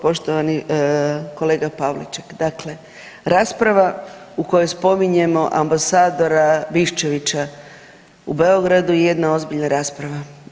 Poštovani kolega Pavliček, dakle rasprava u kojoj spominjemo ambasadora Biščevića u Beogradu je jedna ozbiljna rasprava.